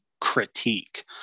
critique